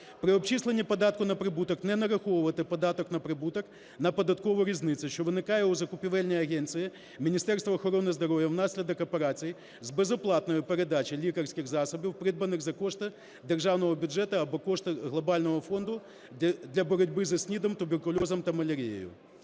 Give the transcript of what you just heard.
При обчисленні податку на прибуток не нараховувати податок на прибуток на податкову різницю, що виникає у закупівельній агенції Міністерства охорони здоров'я внаслідок операцій з безоплатною передачею лікарських засобів, придбаних за кошти державного бюджету або кошти Глобального фонду для боротьби зі СНІДом, туберкульозом та малярією.